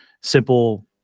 Simple